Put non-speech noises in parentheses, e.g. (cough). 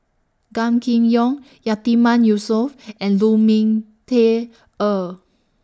Gan Kim Yong (noise) Yatiman Yusof and Lu Ming Teh Earl